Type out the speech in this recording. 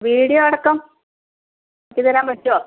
video അടക്കം ചെയ്തു തരാൻ പറ്റുമോ